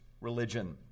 religion